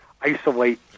isolate